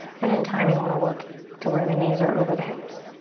but in time, you wanna work to where the knees are over the hips.